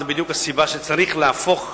אני לא מסוגל להבין